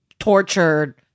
Tortured